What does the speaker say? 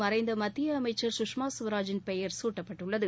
மறைந்த முன்னாள் மத்திய அமைச்சா் சுஷ்மா ஸ்வராஜின் பெயா் சூட்டப்பட்டுள்ளது